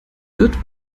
wird